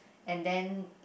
and then